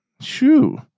shoo